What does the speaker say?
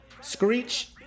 screech